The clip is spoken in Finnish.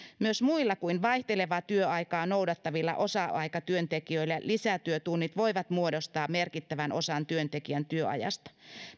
myös muilla kuin vaihtelevaa työaikaa noudattavilla osa aikatyöntekijöillä lisätyötunnit voivat muodostaa merkittävän osan työntekijän työajasta